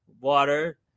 water